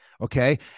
Okay